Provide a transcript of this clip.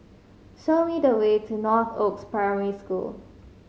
show me the way to Northoaks Primary School